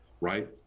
right